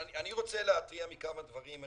אני רוצה להתריע בפני כמה דברים,